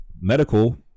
medical